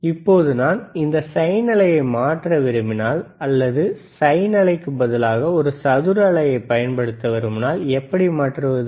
இப்போது நான் இந்த சைன் அலையை மாற்ற விரும்பினால் அல்லது சைன் அலைக்கு பதிலாக ஒரு சதுர அலையைப் பயன்படுத்த விரும்பினால் எப்படி மாற்றுவது